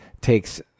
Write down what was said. takes